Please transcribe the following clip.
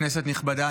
כנסת נכבדה,